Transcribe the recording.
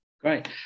great